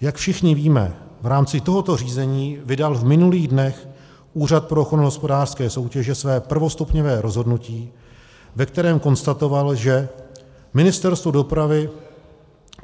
Jak všichni víme, v rámci tohoto řízení vydal v minulých dnech Úřad pro ochranu hospodářské soutěže své prvostupňové rozhodnutí, ve kterém konstatoval, že Ministerstvo dopravy...